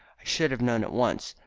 i should have known at once.